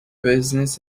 business